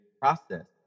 process